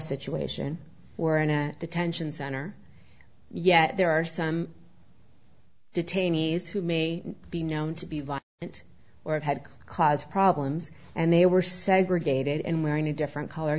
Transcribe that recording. situation we're in a detention center yet there are some detainees who may be known to be and or have had cause problems and they were segregated in wearing a different color